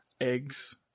eggs